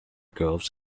groves